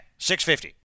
650